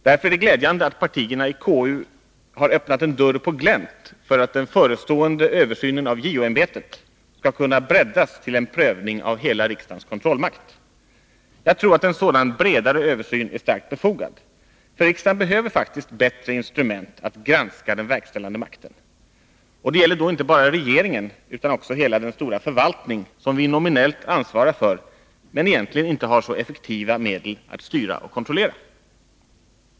Därför är det glädjande att partierna i KU har öppnat en dörr på glänt för att den förestående översynen av JO-ämbetet skall kunna breddas till en prövning av hela riksdagens kontrollmakt. Jag tror att en sådan bredare översyn är starkt befogad, för riksdagen behöver faktiskt bättre instrument att granska den verkställande makten. Och det gäller då inte bara regeringen utan också hela den stora förvaltning som vi nominellt ansvarar för, men egentligen inte har så effektiva medel att styra och kontrollera.